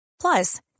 Plus